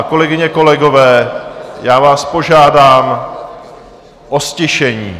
Kolegyně, kolegové, já vás požádám o ztišení.